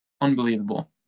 Unbelievable